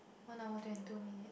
one hour twenty two minute